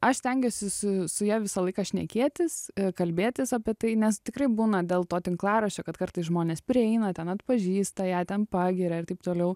aš stengiuosi su su ja visą laiką šnekėtis kalbėtis apie tai nes tikrai būna dėl to tinklaraščio kad kartais žmonės prieina ten atpažįsta ją ten pagiria ir taip toliau